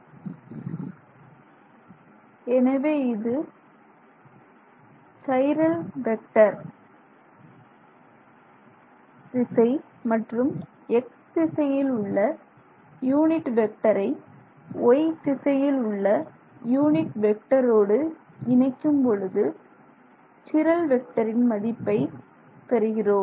இது எனவே இது சைகள் நாம் டைரக்சன் திசை மற்றும் X திசையில் உள்ள யூனிட் வெக்டரை Y திசையில் உள்ள யூனிட் வெக்டரோடு இணைக்கும் பொழுது சிரல் வெக்டரின் மதிப்பை பெறுகிறோம்